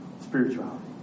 spirituality